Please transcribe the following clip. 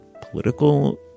political